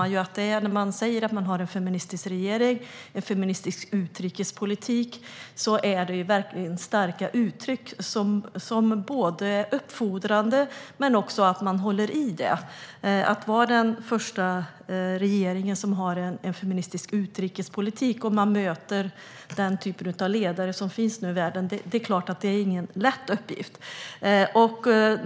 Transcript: När man säger att man har en feministisk regering och en feministisk utrikespolitik är det verkligen starka uttryck, som är uppfordrande, och det är bra att man håller i det. Att vara den första regeringen som har en feministisk utrikespolitik och möta den typen av ledare som finns i världen är självklart ingen lätt uppgift.